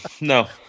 No